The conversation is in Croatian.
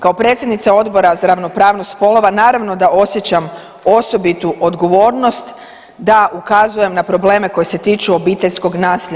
Kao predsjednica Odbora za ravnopravnost spolova naravno da osjećam osobitu odgovornost da ukazujem na probleme koje se tiču obiteljskog nasilja.